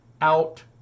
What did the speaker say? out